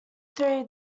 three